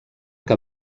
que